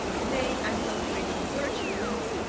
today, i'm celebrating your achievements,